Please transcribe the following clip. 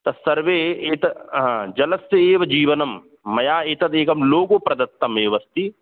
तत्सर्वे एतत् जलस्य एव जीवनं मया एतदेकं लोगो प्रदत्तमेव अस्ति